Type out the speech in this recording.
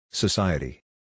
Society